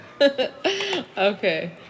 Okay